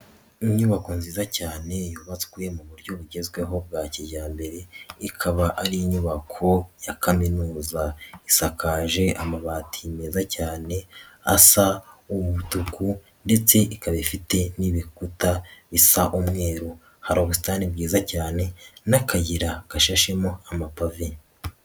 Inyubako nziza cyane yubatswe mu buryo bugezweho bwa kijyambere ikaba ari inyubako ya kaminuza, isakaje amabati meza cyane asa ubutuku ndetse ika ba ifite n'ibikuta bisa umweru hari ubusitani bwiza cyane n'akayira gashashemo amapave.